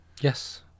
Yes